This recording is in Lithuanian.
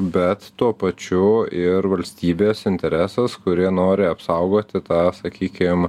bet tuo pačiu ir valstybės interesas kuri nori apsaugoti tą sakykim